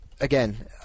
again